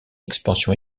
expansion